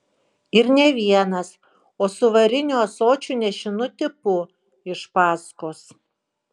ir ne vienas o su variniu ąsočiu nešinu tipu iš paskos